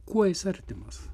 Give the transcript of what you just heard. kuo jis artimas